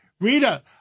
Rita